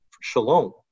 shalom